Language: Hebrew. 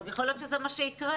יכול להיות שזה מה שיקרה,